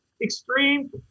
extreme